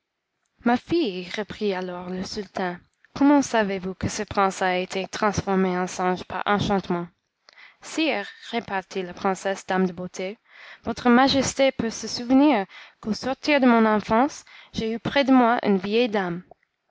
ma fille reprit alors le sultan comment savez-vous que ce prince a été transformé en singe par enchantement sire repartit la princesse dame de beauté votre majesté peut se souvenir qu'au sortir de mon enfance j'ai eu près de moi une vieille dame